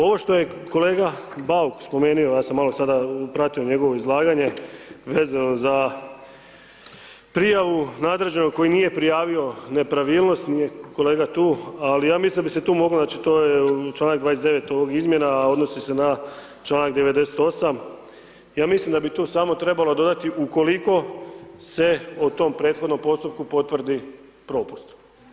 Ovo što je kolega Bauk spomenuo, ja sam malo sada pratio njegovo izlaganje, vezano za prijavu nadređenog koji nije prijavio nepravilnost kolega tu, ali ja mislim da bi se tu moglo, znači to je članak 29. ovih izmjena a odnosi se na članak 98., ja mislim da bi tu samo trebalo dodati ukoliko se o tom prethodnom postupku potvrdi propust.